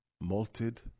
malted